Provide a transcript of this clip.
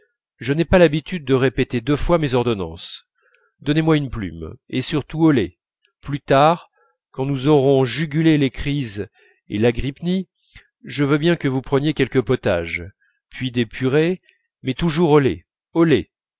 je n'ai pas l'habitude de répéter deux fois mes ordonnances donnez-moi une plume et surtout au lait plus tard quand nous aurons jugulé les crises et l'agrypnie je veux bien que vous preniez quelques potages puis des purées mais toujours au lait au lait